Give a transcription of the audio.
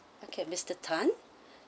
okay mister tan